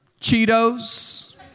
Cheetos